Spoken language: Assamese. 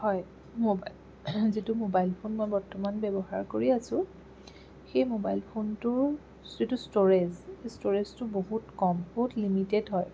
হয় ম' যিটো মোবাইল ফোন মই বৰ্তমান ব্যৱহাৰ কৰি আছো সেই মোবাইল ফোনটো যিটো ষ্ট'ৰেজ সেই ষ্ট'ৰেজটো বহুত কম বহুত লিমিটেড হয়